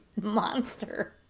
monster